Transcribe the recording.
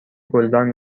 گلدان